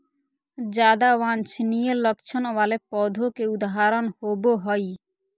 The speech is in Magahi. ज्यादा वांछनीय लक्षण वाले पौधों के उदाहरण होबो हइ